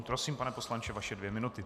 Prosím, pane poslanče, vaše dvě minuty.